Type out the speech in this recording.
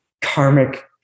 karmic